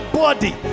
body